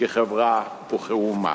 כחברה וכאומה?